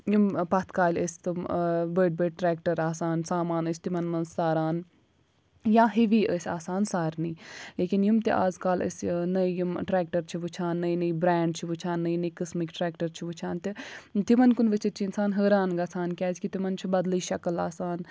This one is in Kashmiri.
یِم پَتھ کالہِ ٲسۍ تِم بٔڈۍ بٔڈۍ ٹریٚکٹَر آسان سامان ٲسۍ تِمَن منٛز ساران یا ہِوِی ٲسۍ آسان سارِنٕے لیکِن یِم تہِ اَزکال أسۍ نٔے یِم ٹرٛیٚکٹَر چھِ وُچھان نٔے نٔے برِٛینٛڈ چھِ وُچھان نٔے نٔے قٕسٕمکۍ ٹرٛیٚکٹَر چھِ وُچھان تہٕ تِمَن کُن وُچھِتھ چھِ اِنسان حٲران گژھان کیٛازِ کہِ تِمَن چھِ بَدلٕے شکٕل آسان